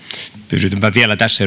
pysytäänpä vielä tässä